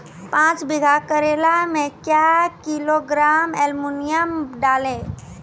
पाँच बीघा करेला मे क्या किलोग्राम एलमुनियम डालें?